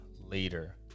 later